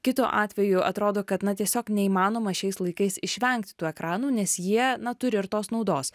kitu atveju atrodo kad na tiesiog neįmanoma šiais laikais išvengti tų ekranų nes jie na turi ir tos naudos